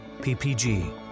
PPG